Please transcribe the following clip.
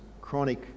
chronic